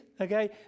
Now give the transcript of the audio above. Okay